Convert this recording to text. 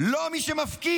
לא מי שמפקיר,